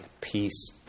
peace